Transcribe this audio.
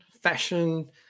fashion